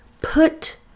put